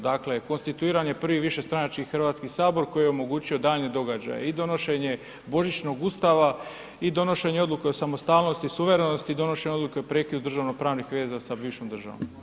Dakle konstituiran je prvi višestranački Hrvatski sabor koji je omogućio daljnje događaje i donošenje Božićnog Ustava i donošenje odluke o samostalno i suverenosti, donošenje odluke o prekidu državno-pravnih veza sa bivšom državom.